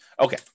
Okay